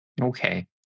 Okay